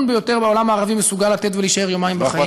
ביותר בעולם הערבי מסוגל לתת ולהישאר יומיים בחיים.